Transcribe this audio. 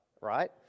right